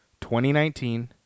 2019